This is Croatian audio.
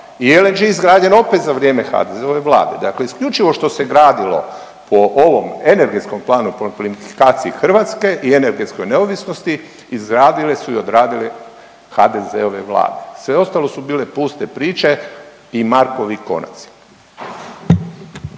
i LNG izgrađen opet za vrijeme HDZ-ove vlade. Dakle, isključivo što se gradilo po ovom energetskom planu po plinifikaciji Hrvatske i energetskoj neovisnosti izgradile su i odradile HDZ-ove vlade. Sve ostalo su bile puste priče i markovi konaci.